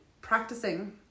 Practicing